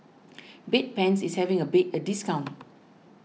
Bedpans is having a discount